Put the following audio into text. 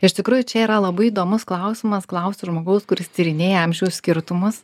iš tikrųjų čia yra labai įdomus klausimas klausti žmogaus kuris tyrinėja amžiaus skirtumus